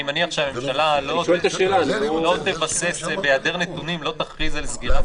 אני מניח שהממשלה בהיעדר נתונים לא תכריז על סגירת